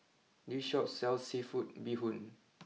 this Shop sells Seafood Bee Hoon